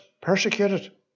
persecuted